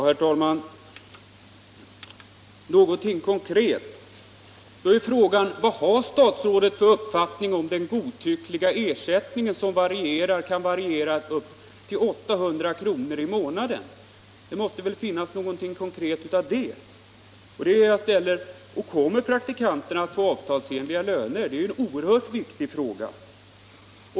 Herr talman! Jag vill konkret veta vad statsrådet har för uppfattning om den godtyckliga ersättningen, som kan variera med upp till 800 kr. i månaden. Det måste väl sägas något konkret om detta, och det är det jag frågar efter. Kommer praktikanterna vidare att få avtalsenliga löner? Det är en oerhört viktig fråga.